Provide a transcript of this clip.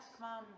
Mom